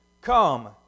Come